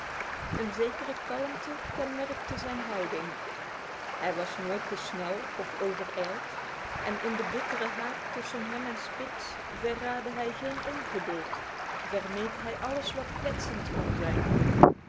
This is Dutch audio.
een zekere kalmte kenmerkte zijn houding hij was nooit te snel of te overijld en in de bittere haat tussen hem en spitz verraadde hij geen ongeduld vermeed hij alles wat kwetsend kon zijn